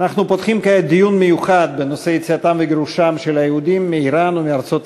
אני קובע כי הצעת חוק אושרה בקריאה ראשונה ותוחזר